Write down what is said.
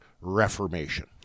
Reformation